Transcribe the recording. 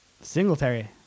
Singletary